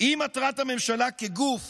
אם מטרת הממשלה כגוף